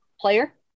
player